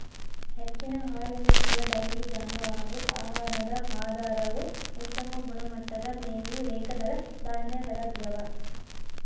ಹೆಚ್ಚಿನ ಹಾಲುಣಿಸುವ ಡೈರಿ ಜಾನುವಾರು ಆಹಾರದ ಆಧಾರವು ಉತ್ತಮ ಗುಣಮಟ್ಟದ ಮೇವು ಏಕದಳ ಧಾನ್ಯಗಳಗ್ಯವ